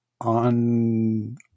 on